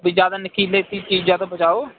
ਵੀ ਜ਼ਿਆਦਾ ਨੋਕੀਲੇ ਚੀ ਚੀਜ਼ਾਂ ਤੋ ਬਚਾਓ